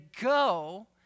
go